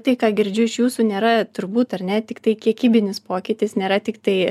tai ką girdžiu iš jūsų nėra turbūt ar ne tiktai kiekybinis pokytis nėra tiktai